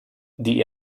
die